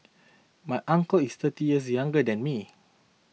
my uncle is thirty years younger than me